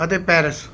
ਅਤੇ ਪੈਰਸ